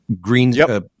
green